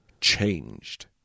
changed